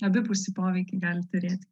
abipusį poveikį gali turėti